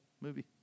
movie